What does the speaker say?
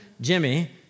Jimmy